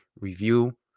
review